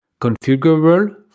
configurable